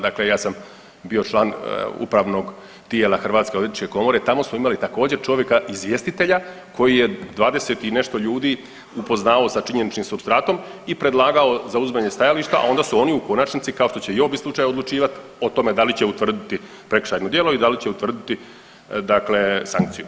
Dakle, ja sam bio član upravnog tijela Hrvatske odvjetničke komore, tamo smo imali također čovjeka izvjestitelj koji je 20 i nešto ljudi upoznavao sa činjeničnim supstratom i predlagao zauzimanje stajališta, a onda su oni u konačnici kao što će i ovo biti slučaj odlučivat o tome da li će utvrditi prekršajno djelo i da li će utvrditi dakle sankcije za to.